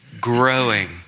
growing